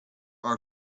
are